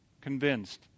convinced